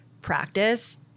practice